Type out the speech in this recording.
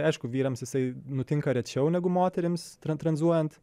aišku vyrams jisai nutinka rečiau negu moterims tran tranzuojant